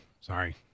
sorry